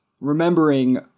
remembering